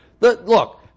Look